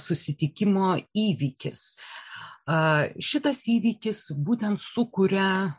susitikimo įvykis šitas įvykis būtent sukuria